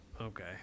okay